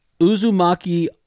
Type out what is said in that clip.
Uzumaki